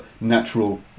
natural